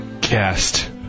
Cast